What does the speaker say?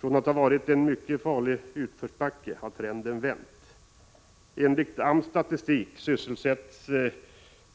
Från att vi har varit i en mycket farlig utförsbacke har trenden vänt. Enligt AMS statistik sysselsätts